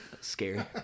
scary